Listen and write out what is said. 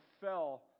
fell